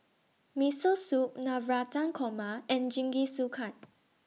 Miso Soup Navratan Korma and Jingisukan